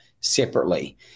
separately